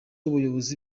ubuyobozi